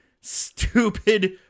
stupid